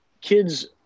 kids